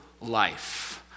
life